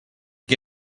qui